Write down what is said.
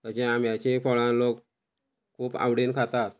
अशीं आंब्याची फळां लोक खूब आवडीन खाता